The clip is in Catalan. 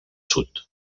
sud